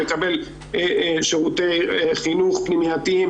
מקבל שירותי חינוך פנימייתיים,